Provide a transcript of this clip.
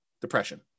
depression